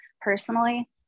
personally